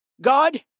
God